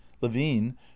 levine